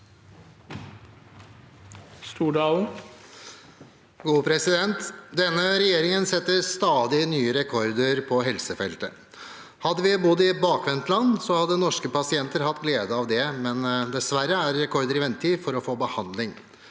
«Denne regjer- ingen setter stadig nye rekorder på helsefeltet. Hadde vi bodd i bakvendtland hadde norske pasienter hatt glede av det, men dessverre er det rekorder i ventetid for å få behandling.